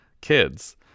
kids